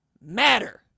matter